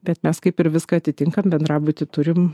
bet mes kaip ir viską atitinkam bendrabutį turim